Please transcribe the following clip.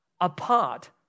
apart